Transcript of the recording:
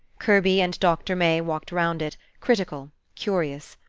kirby and doctor may walked around it, critical, curious.